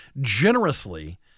generously